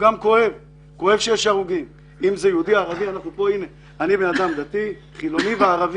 כואב שיש הרוגים אם זה יהודי או ערבי זה לא משנה.